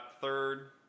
third